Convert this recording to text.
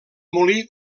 molí